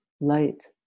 light